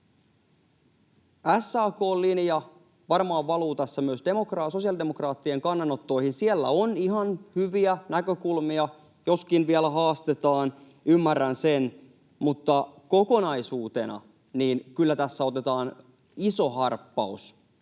SAK:n linja varmaan valuu tässä myös sosiaalidemokraattien kannanottoihin. Siellä on ihan hyviä näkökulmia, joskin vielä haastetaan, ymmärrän sen, mutta kokonaisuutena kyllä tässä otetaan iso harppaus